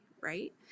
right